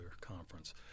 conference